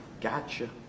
Gotcha